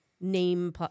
name